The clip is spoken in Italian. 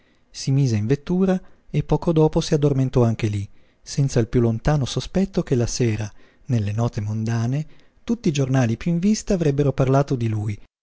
si mise in vettura e poco dopo si addormentò anche lí senza il piú lontano sospetto che la sera nelle note mondane tutti i giornali piú in vista avrebbero parlato di lui